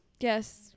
Yes